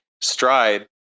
Stride